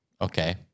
okay